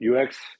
UX